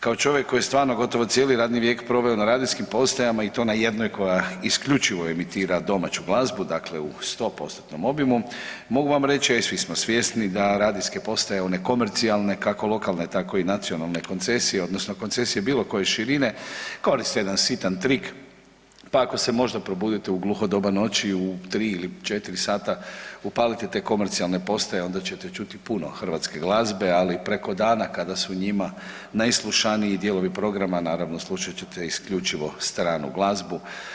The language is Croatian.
Kao čovjek koji je stvarno gotovo cijeli radni vijek proveo na radijskim postajama i to na jednoj koja isključivo emitira domaću glazbu dakle u 100%-tnom obimu mogu vam reći, a i svi smo svjesni da radijske postaje one komercijalne, kako lokalne tako i nacionalne koncesije odnosno koncesije bilo koje širine koriste jedan sitan trik pa ako se možda probudite u gluho doba noći u 3 ili 4 sata, upalite te komercijalne postaje onda ćete čuti puno hrvatske glazbe ali preko dana kada su njima najslušaniji dijelovi programa naravno slušat ćete isključivo stranu glazbu.